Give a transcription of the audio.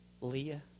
Leah